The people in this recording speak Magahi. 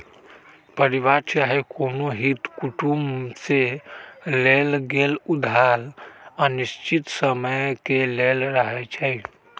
परिवार चाहे कोनो हित कुटुम से लेल गेल उधार अनिश्चित समय के लेल रहै छइ